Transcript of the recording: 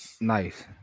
Nice